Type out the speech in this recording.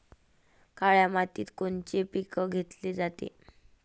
काळ्या मातीत कोनचे पिकं घेतले जाते?